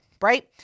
right